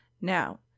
Now